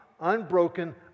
unbroken